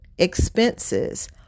expenses